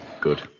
Good